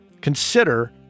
consider